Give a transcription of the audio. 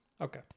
Okay